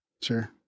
Sure